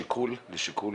לשיקול מי?